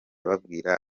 babwira